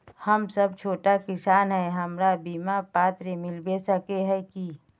हम सब छोटो किसान है हमरा बिमा पात्र मिलबे सके है की?